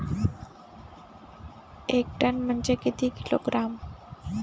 एक टन म्हनजे किती किलोग्रॅम?